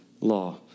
law